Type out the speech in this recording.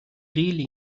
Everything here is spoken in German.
reling